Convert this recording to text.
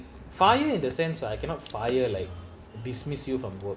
fire in the sense I cannot fire like dismiss you from work